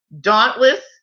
dauntless